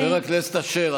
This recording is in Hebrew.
חבר הכנסת אשר,